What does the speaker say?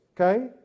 okay